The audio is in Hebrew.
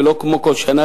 ולא כמו כל שנה,